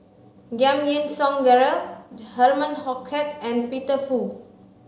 Giam Yean Song Gerald Herman Hochstadt and Peter Fu